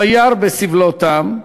"וירא בסבלֹתם",